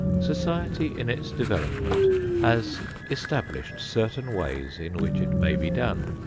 society in its development has established certain ways in which it may be done.